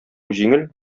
җиңел